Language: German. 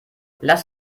lass